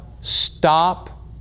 stop